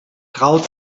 traut